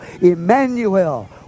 Emmanuel